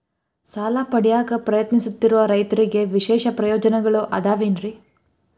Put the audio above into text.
ಸಾಲ ಪಡೆಯಾಕ್ ಪ್ರಯತ್ನಿಸುತ್ತಿರುವ ರೈತರಿಗೆ ವಿಶೇಷ ಪ್ರಯೋಜನಗಳು ಅದಾವೇನ್ರಿ?